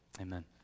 Amen